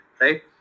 right